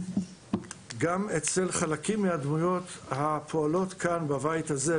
גם אצל חלקים מהדמויות הפועלות כאן בבית הזה,